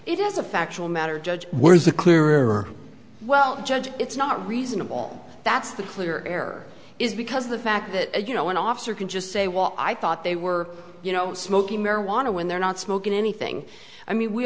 is a factual matter judge where is a clearer well judge it's not reasonable that's the clear air is because of the fact that you know one officer can just say what i thought they were you know smoking marijuana when they're not smoking anything i mean we